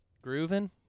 Grooving